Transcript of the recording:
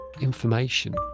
information